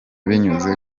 binyuze